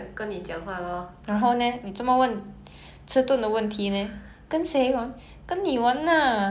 but 对听者的话他们不懂 mah 所以我要问你 loh okay 谢谢